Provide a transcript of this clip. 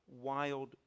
wild